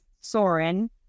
Soren